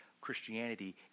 Christianity